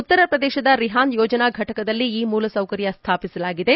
ಉತ್ತರ ಪ್ರದೇಶದ ರಿಹಾಂದ್ ಯೋಜನಾ ಘಟಕದಲ್ಲಿ ಈ ಮೂಲಸೌಕರ್ಯ ಸ್ದಾಪಿಸಲಾಗಿದೆ